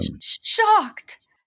shocked